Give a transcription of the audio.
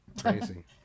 Crazy